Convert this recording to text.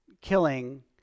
killing